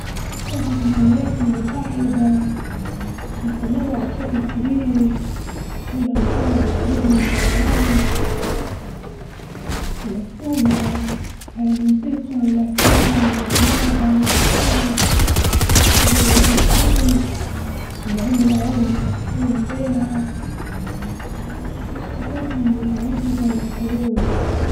ثقافة الولايات المتحدة متنوعة بشكل كبير، كونها مكونة من العديد من الأعراق، يعكسونها على الموسيقى والأفلام والرياضة والأعياد، زي عيد الشكر من أهم الأعياد اللي يحتفلون بيها، ثقافاتهم متعددة ومتنوعة.